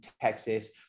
Texas